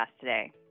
today